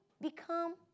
become